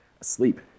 asleep